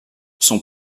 son